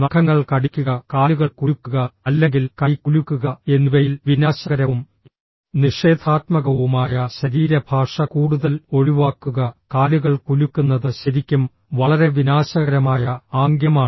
നഖങ്ങൾ കടിക്കുക കാലുകൾ കുലുക്കുക അല്ലെങ്കിൽ കൈ കുലുക്കുക എന്നിവയിൽ വിനാശകരവും നിഷേധാത്മകവുമായ ശരീരഭാഷ കൂടുതൽ ഒഴിവാക്കുക കാലുകൾ കുലുക്കുന്നത് ശരിക്കും വളരെ വിനാശകരമായ ആംഗ്യമാണ്